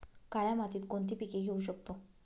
काळ्या मातीत कोणती पिके घेऊ शकतो?